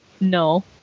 no